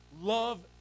Love